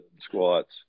squats